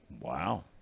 Wow